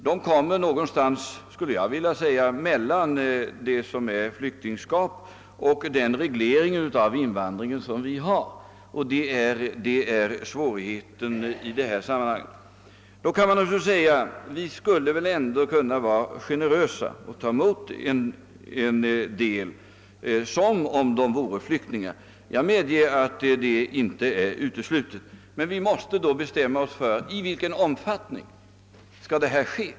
De faller, skulle jag vilja säga, någonstans mellan det som är flyktingskap och den reglering av invandringen som vi tillämpar. Det är svårigheten i detta sammanhang. Då kan man naturligtvis säga, att vi skulle väl ändå kunna vara generösa och ta emot en del zigenare som om de vore flyktingar. Jag medger att detta inte är uteslutet, men vi måste i så fall bestämma oss för i vilken omfattning det skall ske.